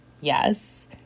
Yes